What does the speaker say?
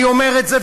אני אומר את זה,